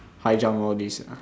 high jump all these ah